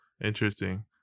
Interesting